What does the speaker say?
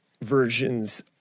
versions